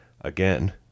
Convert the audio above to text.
Again